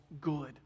good